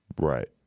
Right